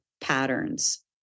patterns